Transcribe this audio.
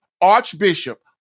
Archbishop